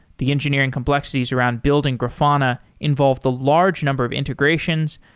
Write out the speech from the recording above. the engineering complexities around building grafana involve the large number of integrations,